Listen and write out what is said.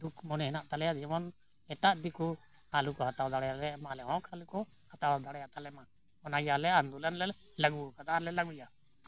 ᱫᱩᱠ ᱢᱚᱱᱮ ᱦᱮᱱᱟᱜ ᱛᱟᱞᱮᱭᱟ ᱡᱮᱢᱚᱱ ᱮᱴᱟᱜ ᱫᱤᱠᱩ ᱟᱞᱚᱠᱚ ᱦᱟᱛᱟᱣ ᱫᱟᱲᱮᱭᱟᱞᱮ ᱢᱟ ᱟᱞᱮᱦᱚᱸ ᱠᱷᱟᱹᱞᱤ ᱠᱚ ᱦᱟᱛᱟᱣ ᱫᱟᱲᱮ ᱭᱟᱛᱟᱞᱮᱢᱟ ᱚᱱᱟᱜᱮ ᱟᱞᱮ ᱟᱱᱫᱳᱞᱚᱱ ᱞᱮ ᱞᱟᱹᱜᱩ ᱟᱠᱟᱫᱟ ᱟᱨᱞᱮ ᱞᱟᱹᱜᱩᱭᱟ